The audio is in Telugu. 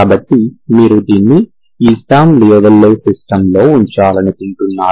కాబట్టి మీరు దీన్ని ఈ స్టర్మ్ లియోవిల్లే సిస్టమ్లో ఉంచాలనుకుంటున్నారు